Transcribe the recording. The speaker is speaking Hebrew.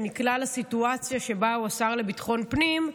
שנקלע לסיטואציה שבה הוא השר לביטחון הפנים,